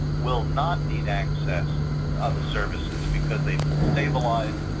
will not need access to other services because they've been stabilized,